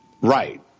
right